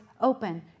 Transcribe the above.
open